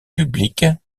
publique